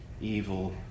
evil